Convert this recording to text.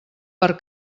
per